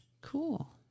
Cool